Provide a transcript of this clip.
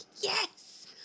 Yes